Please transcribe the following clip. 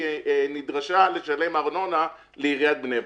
כי היא נדרשה לשלם ארנונה לעיריית בני ברק.